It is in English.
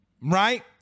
Right